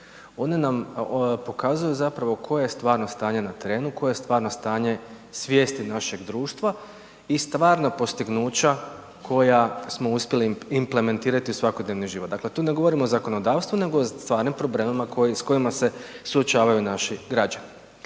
One nam pokazuju zapravo koje je stvarno stanje na terenu, koje je stvarno stanje svijesti našeg društva i stvarno postignuća koja smo uspjeli implementirati u svakodnevni život. Dakle, tu ne govorim o zakonodavstvu nego o stvarnim problemima s kojima se suočavaju naši građani.